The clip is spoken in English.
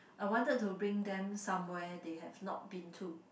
I wanted to bring them somewhere they have not been to